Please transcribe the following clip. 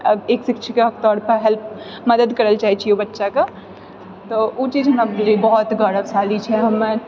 एक शिक्षिकाके तौर पर हेल्प मदद करए लऽ चाहए छिऐ ओ बच्चाके तऽ ओ चीज हमरा बहुत गौरवशाली छै हमे